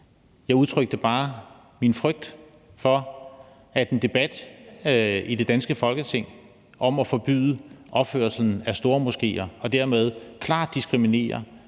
Jeg udtrykte bare min frygt for, at en debat i det danske Folketing om at forbyde opførelsen af stormoskéer og dermed klart diskriminere